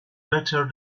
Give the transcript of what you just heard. better